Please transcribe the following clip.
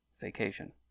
vacation